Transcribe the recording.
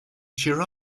cheer